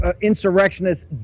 insurrectionists